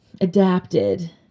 adapted